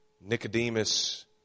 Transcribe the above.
Nicodemus